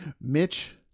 Mitch